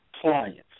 clients